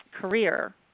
career